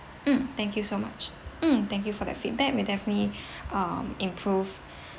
mm thank you so much mm thank you for the feedback we'll definitely um improve